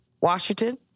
Washington